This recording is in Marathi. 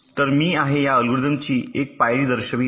तर मी आहे या अल्गोरिदमची एक पायरी दर्शवित आहे